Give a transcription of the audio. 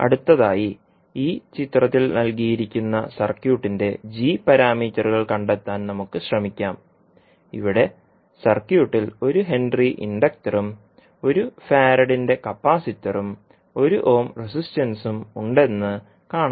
അടുത്തതായി ഈ ചിത്രത്തിൽ നൽകിയിരിക്കുന്ന സർക്യൂട്ടിന്റെ g പാരാമീറ്ററുകൾ കണ്ടെത്താൻ നമുക്ക് ശ്രമിക്കാം ഇവിടെ സർക്യൂട്ടിൽ ഒരു ഹെൻറി ഇൻഡക്ടറും 1 ഫാരഡിന്റെ കപ്പാസിറ്ററും 1 ഓം റെസിസ്റ്റൻസും ഉണ്ടെന്ന് കാണാം